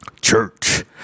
church